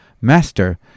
master